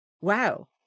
wow